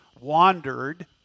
wandered